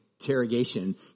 interrogation